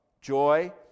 joy